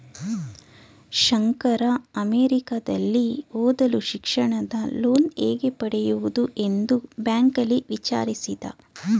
ಶಂಕರ ಅಮೆರಿಕದಲ್ಲಿ ಓದಲು ಶಿಕ್ಷಣದ ಲೋನ್ ಹೇಗೆ ಪಡೆಯುವುದು ಎಂದು ಬ್ಯಾಂಕ್ನಲ್ಲಿ ವಿಚಾರಿಸಿದ